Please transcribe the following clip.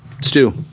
Stu